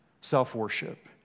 self-worship